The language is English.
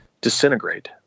disintegrate